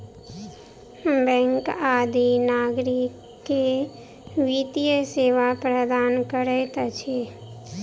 bank आदि नागरिक के वित्तीय सेवा प्रदान करैत अछि